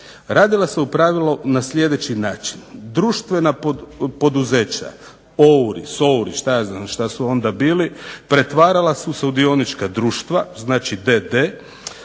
Radila se u pravilu na sljedeći način. Društvena poduzeća, OUR-i, SOUR-i, šta ja znam šta su onda bili pretvarala su se u dionička društva. Znači d.d.